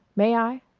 may i?